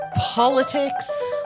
politics